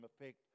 effect